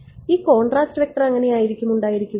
ഈ contrast vector അങ്ങനെയായിരിക്കും ഉണ്ടായിരിക്കുക